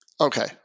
Okay